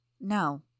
No